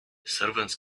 servants